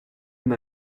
m’a